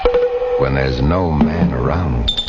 when there's no man around,